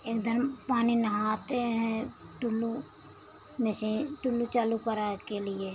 एकदम पानी नहाते हैं टुल्लू में से टुल्लू चालू करा के लिए